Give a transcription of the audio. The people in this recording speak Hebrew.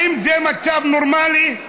האם זה מצב נורמלי?